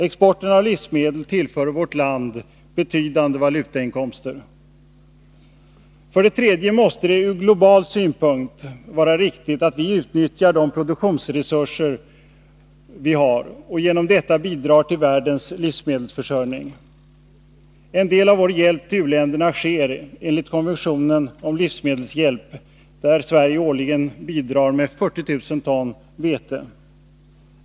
Exporten av livsmedel tillför vårt land betydande valutainkomster. För det tredje måste det ur global synpunkt vara riktigt att vi utnyttjar de produktionsresurser vi har och genom detta bidrar till världens livsmedelsförsörjning. En del av vår hjälp till u-länderna sker enligt konventionen om livsmedelshjälp, där Sverige årligen bidrar med 40000 ton vete.